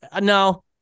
no